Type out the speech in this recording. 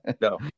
no